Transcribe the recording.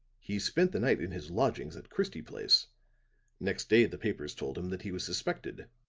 he spent the night in his lodgings at christie place next day the papers told him that he was suspected.